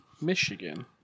Michigan